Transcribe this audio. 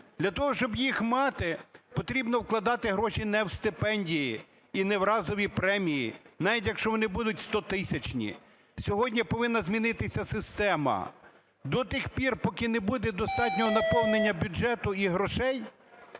Для того, щоб їх мати, потрібно вкладати гроші не в стипендії і не в разові премії, навіть якщо вони будуть стотисячні. Сьогодні повинна змінитися система. До тих пір, поки не буде достатнього наповнення бюджету і грошей,